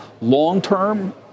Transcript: long-term